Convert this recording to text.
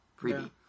freebie